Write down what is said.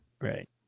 right